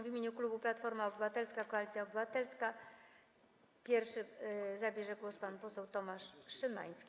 W imieniu klubu Platforma Obywatelska - Koalicja Obywatelska pierwszy zabierze głos pan poseł Tomasz Szymański.